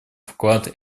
вклад